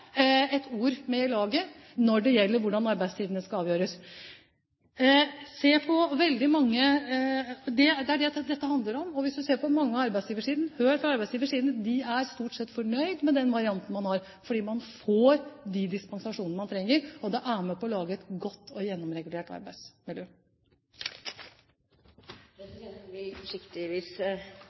et ord med i laget når det gjelder hvordan arbeidstidene skal avgjøres. Det er det dette handler om. Og hvis man hører på arbeidsgiversiden, er de stort sett fornøyd med den varianten man har, fordi man får de dispensasjonene man trenger, og det er med på å lage et godt og gjennomregulert arbeidsmiljø. Presidenten vil forsiktigvis